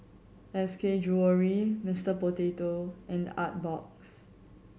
S K Jewellery Mister Potato and Artbox